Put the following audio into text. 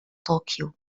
طوكيو